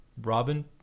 Robin